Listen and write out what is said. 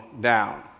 down